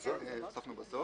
את זה הוספנו בסוף.